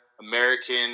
American